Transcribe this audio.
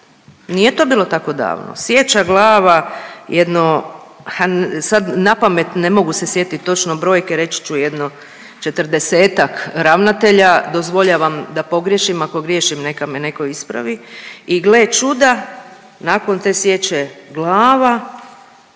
nije to bilo tako davno, sječa glava jedno, ha sad napamet ne mogu se sjetit točno brojke, reći ću jedno 40-tak ravnatelja, dozvoljavam da pogriješim, ako griješim neka me neko ispravi, i gle čuda nakon te sječe glava